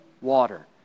water